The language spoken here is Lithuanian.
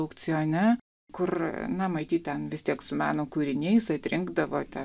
aukcione kur na matyt ten vis tiek su meno kūriniais atrinkdavote